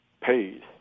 paid